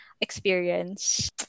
experience